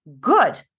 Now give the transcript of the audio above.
good